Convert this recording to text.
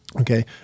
okay